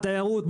תיירות,